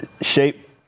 shape